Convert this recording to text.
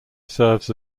serves